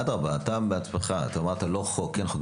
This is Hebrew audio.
אדרבה, אתה בעצמך אמרת: "לא חוק, כן חוק".